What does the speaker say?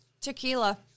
Tequila